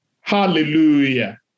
hallelujah